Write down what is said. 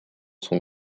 son